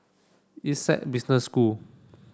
Essec Business School